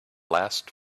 last